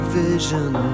vision